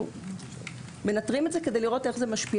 אנחנו מנטרים את זה כדי להבין איך זה משפיע